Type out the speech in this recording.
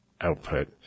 output